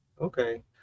Okay